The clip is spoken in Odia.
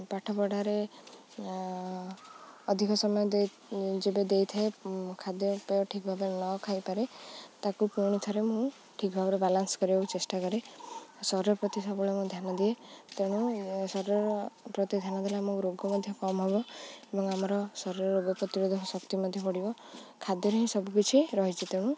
ପାଠ ପଢ଼ାରେ ଅଧିକ ସମୟ ଦେଇ ଯେବେ ଦେଇ ଥାଏ ଖାଦ୍ୟପେୟ ଠିକ୍ ଭାବରେ ନ ଖାଇପାରେ ତାକୁ ପୁଣି ଥରେ ମୁଁ ଠିକ୍ ଭାବରେ ବାଲାନ୍ସ କରିବାକୁ ଚେଷ୍ଟା କରେ ଶରୀର ପ୍ରତି ସବୁବେଳେ ମୁଁ ଧ୍ୟାନ ଦିଏ ତେଣୁ ଶରୀରର ପ୍ରତି ଧ୍ୟାନ ଦେଲେ ଆମକୁ ରୋଗ ମଧ୍ୟ କମ ହବ ଏବଂ ଆମର ଶରୀରର ରୋଗ ପ୍ରତିରୋଧ ଶକ୍ତି ମଧ୍ୟ ପଡ଼ିବ ଖାଦ୍ୟରେ ହିଁ ସବୁକିଛି ରହିଛି ତେଣୁ